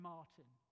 Martin